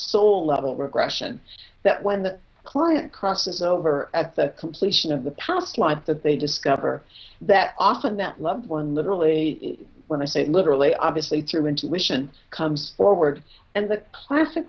soul level regression that when the client crosses over at the completion of the past life that they discover that often that loved one literally when i say literally obviously your intuition comes forward and the classic